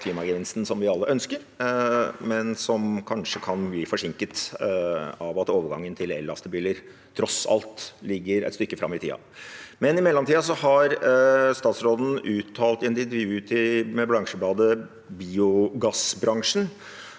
klimagevinsten som vi alle ønsker, men som kanskje kan bli forsinket av at overgangen til el-lastebiler tross alt ligger et stykke fram i tid. I mellomtiden har statsråden uttalt i et intervju med bransjebladet Biogassbransjen